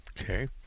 Okay